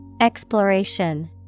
Exploration